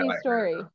story